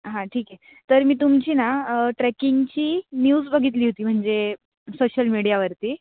हां ठीक आहे तर मी तुमची ना ट्रेकिंगची न्यूज बघितली होती म्हणजे सोश्शल मीडियावरती